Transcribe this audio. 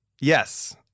Yes